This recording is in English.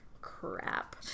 crap